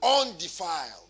undefiled